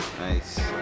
nice